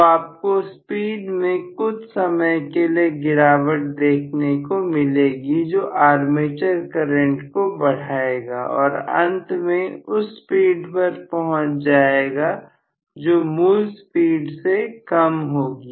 तो आपको स्पीड में कुछ समय के लिए गिरावट देखने को मिलेगी जो आर्मेचर करंट को बढ़ाएगा और अंत में उस स्पीड पर पहुंच जाएगा जो मूल स्पीड से कम होगी